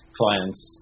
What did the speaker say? clients